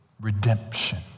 Redemption